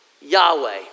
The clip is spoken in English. Yahweh